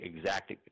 exact